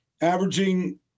averaging